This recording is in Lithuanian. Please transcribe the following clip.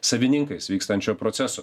savininkais vykstančio proceso